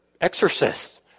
exorcists